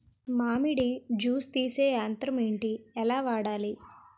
మామిడి జూస్ తీసే యంత్రం ఏంటి? ఎలా వాడాలి?